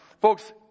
folks